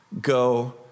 go